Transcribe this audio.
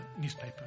newspaper